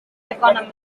economy